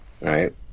right